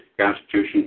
Constitution